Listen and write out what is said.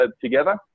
together